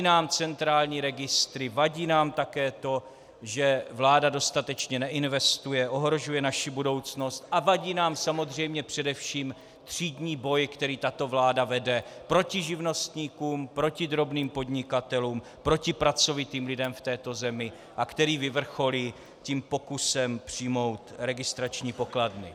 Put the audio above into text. Vadí nám centrální registry, vadí nám také to, že vláda dostatečně neinvestuje, ohrožuje naši budoucnost, a vadí nám samozřejmě především třídní boj, který tato vláda vede proti živnostníkům, proti drobným podnikatelům, proti pracovitým lidem v této zemi a který vyvrcholí tím pokusem přijmout registrační pokladny.